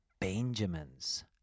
Benjamin's